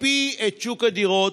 הקפיא את שוק הדירות.